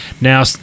Now